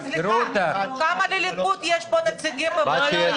סליחה, כמה לליכוד יש פה נציגים בוועדה?